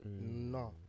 No